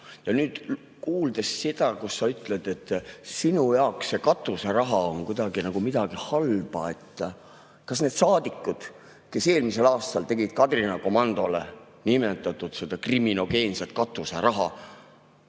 Ja nüüd kuuldes seda, et sa ütled, et sinu jaoks see katuseraha on kuidagi nagu midagi halba ... Kas need saadikud, kes eelmisel aastal [andsid] Kadrina komandole seda niinimetatud kriminogeenset katuseraha,